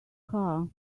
car